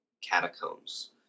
catacombs